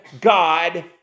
God